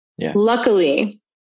Luckily